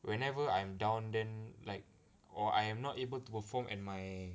whenever I am down then like or I am not able to perform at my